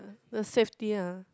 the safety ah